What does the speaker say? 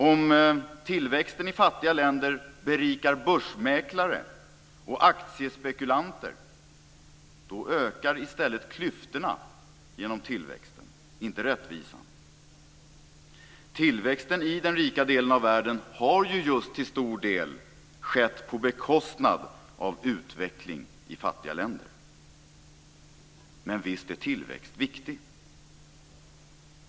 Om tillväxten i fattiga länder berikar börsmäklare och aktiespekulanter, ökar i stället klyftorna genom tillväxten - inte rättvisan. Tillväxten i den rika delen av världen har ju till stor del skett på bekostnad av just utveckling i fattiga länder. Men visst är tillväxt viktig.